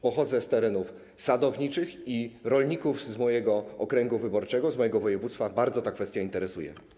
Pochodzę z terenów sadowniczych i rolników z mojego okręgu wyborczego, z mojego województwa bardzo ta kwestia interesuje.